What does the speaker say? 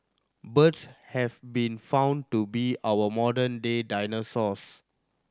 birds have been found to be our modern day dinosaurs